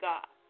God